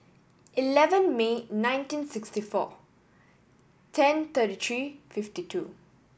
eleven May nineteen sixty four ten thirty three fifty two